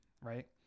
Right